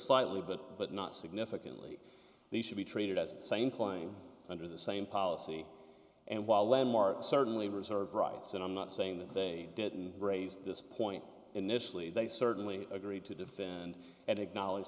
slightly but but not significantly they should be treated as the same claim under the same policy and while landmark certainly reserved rights and i'm not saying that they didn't raise this point initially they certainly agreed to defend and acknowledge